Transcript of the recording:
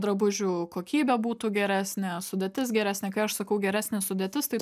drabužių kokybė būtų geresnė sudėtis geresnė kai aš sakau geresnė sudėtis tai